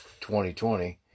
2020